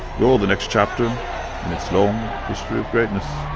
you're the next chapter in its long history of greatness.